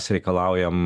mes reikalaujam